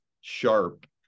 sharp